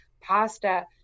pasta